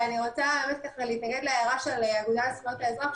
ואני רוצה להתנגד להערה של האגודה לזכויות האזרח,